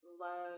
love